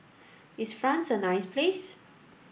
is France a nice place